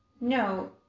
No